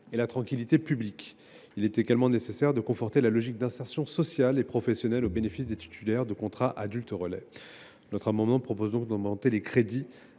et la tranquillité publique. Il est également nécessaire de conforter la logique d’insertion sociale et professionnelle au bénéfice des titulaires de contrats adultes relais. Cet amendement vise donc à abonder le